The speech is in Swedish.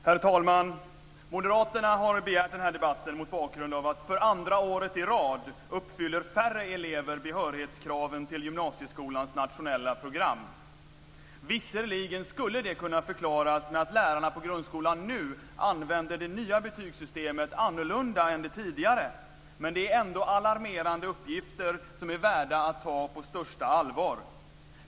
Herr talman! Moderaterna har begärt den här debatten mot bakgrund att det för andra året i rad är färre elever som uppfyller behörighetskraven till gymnasieskolans nationella program. Visserligen skulle det kunna förklaras med att lärarna på grundskolan nu använder det nya betygssystemet annorlunda än det tidigare, men det är ändå alarmerande uppgifter som är värda att tas på största allvar.